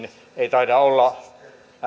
taida olla